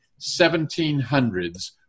1700s